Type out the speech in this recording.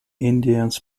indians